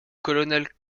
colonel